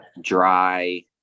dry